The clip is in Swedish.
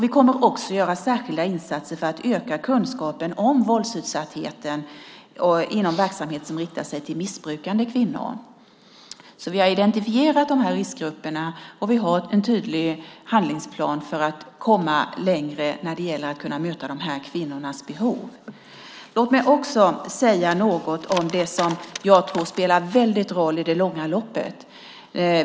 Vi kommer också att göra särskilda insatser för att öka kunskapen om våldsutsattheten inom verksamhet som riktar sig till missbrukande kvinnor. Vi har alltså identifierat de här riskgrupperna, och vi har en tydlig handlingsplan för att komma längre när det gäller att kunna möta de här kvinnornas behov. Låt mig också säga något om något jag tror spelar väldigt stor roll i det långa loppet.